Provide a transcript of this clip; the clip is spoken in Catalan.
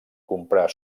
comprar